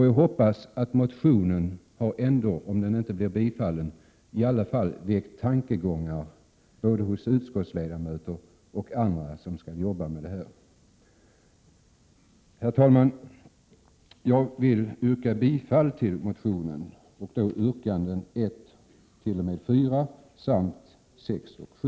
Jag hoppas att motionen, även om den inte blir bifallen, i alla fall skall ha väckt tankegångar både hos utskottets ledamöter och hos andra som skall arbeta med dessa frågor. Herr talman! Jag vill yrka bifall till motion L410— yrkandena 1-4 samt 6-7.